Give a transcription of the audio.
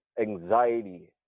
anxiety